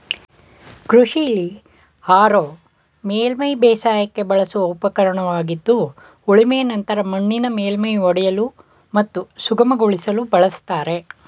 ಕೃಷಿಲಿ ಹಾರೋ ಮೇಲ್ಮೈ ಬೇಸಾಯಕ್ಕೆ ಬಳಸುವ ಉಪಕರಣವಾಗಿದ್ದು ಉಳುಮೆ ನಂತರ ಮಣ್ಣಿನ ಮೇಲ್ಮೈ ಒಡೆಯಲು ಮತ್ತು ಸುಗಮಗೊಳಿಸಲು ಬಳಸ್ತಾರೆ